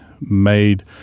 made